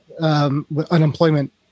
unemployment